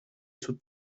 sus